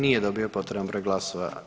Nije dobio potreban broj glasova.